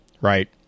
right